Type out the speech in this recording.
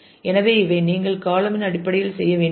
எனவே இவை நீங்கள் காளம் இன் அடிப்படையில் செய்ய வேண்டியவை